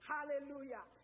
Hallelujah